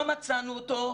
לא מצאנו אותו.